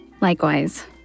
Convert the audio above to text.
Likewise